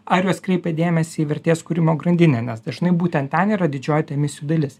ar jos kreipia dėmesį į vertės kūrimo grandinę nes dažnai būtent ten yra didžioji ta emisijų dalis